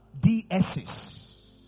DSs